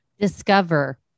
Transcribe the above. Discover